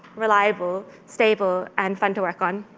reliable, stable, and fun to work on.